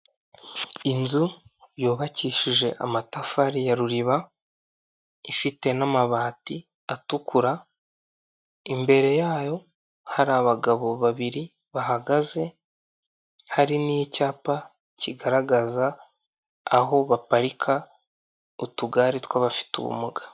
Inzu yubakishije amatafari ya ruriba ifite n'amabati atukura, imbere yayo hari abagabo babiri bahagaze, hari n'icyapa kigaragaza aho baparika utugare tw'abafite ubumuga.